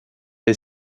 est